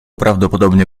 prawdopodobnie